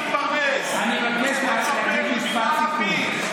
מבקש להגיד משפט סיכום.